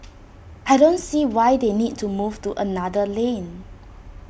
I don't see why they need to move to another lane